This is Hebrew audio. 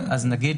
הרציונל